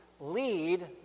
lead